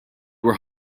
were